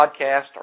podcast